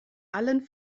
allen